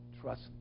Trust